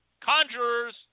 Conjurers